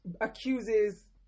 accuses